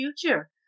future